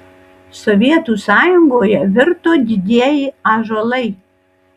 sovietų sąjungoje virto didieji ąžuolai